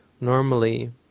normally